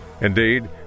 indeed